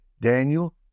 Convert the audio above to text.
Daniel